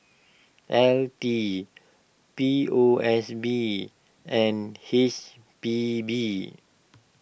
L T P O S B and H P B